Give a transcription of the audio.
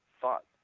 thought